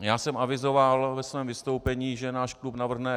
Já jsem avizoval ve svém vystoupení, že náš klub navrhne usnesení.